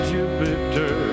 Jupiter